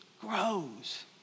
grows